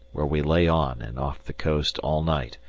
where we lay on and off the coast all night,